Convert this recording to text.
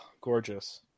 Gorgeous